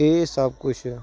ਇਹ ਸਭ ਕੁਛ